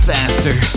Faster